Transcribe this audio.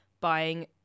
buying